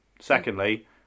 Secondly